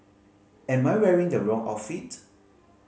am I wearing the wrong outfit